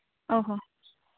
ᱚ ᱦᱚ